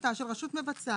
החלטה של רשות מבצעת.